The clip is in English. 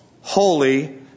holy